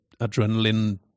adrenaline